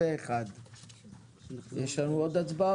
הצבעה סעיף 85(75)(א) רבא אושר יש לנו עוד הצבעות?